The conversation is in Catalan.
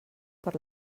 per